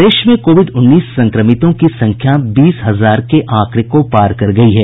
प्रदेश में कोविड उन्नीस संक्रमितों की संख्या बीस हजार के आंकड़े को पार गयी है